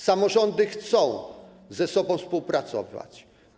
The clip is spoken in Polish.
Samorządy chcą ze sobą współpracować.